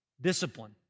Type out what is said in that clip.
Discipline